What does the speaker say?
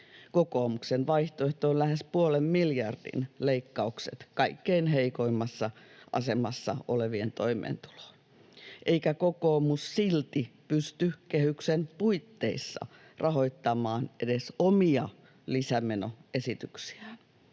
Kokoomuksen vaihtoehto on lähes puolen miljardin leikkaukset kaikkein heikoimmassa asemassa olevien toimeentuloon, eikä kokoomus silti pysty kehyksen puitteissa rahoittamaan edes omia lisämenoesityksiään.